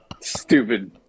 stupid